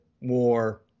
more